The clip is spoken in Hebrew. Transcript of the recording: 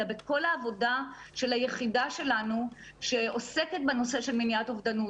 אלא בכל העבודה של היחידה שלנו שעוסקת בנושא של מניעת אובדנות,